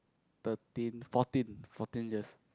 thirteen fourteen fourteen years